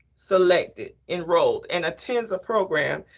selected, enrolled, and attends a program,